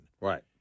Right